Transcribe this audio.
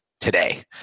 today